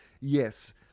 yes